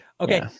Okay